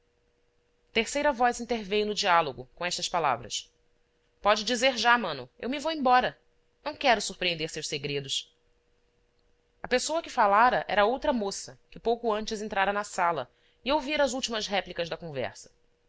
terceira voz interveio no diálogo com estas palavras pode dizer já mano eu me vou embora não quero surpreender seus segredos a pessoa que falara era outra moça que pouco antes entrara na sala e ouvira as últimas réplicas da conversa